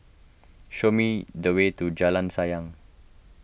show me the way to Jalan Sayang